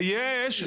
ויש,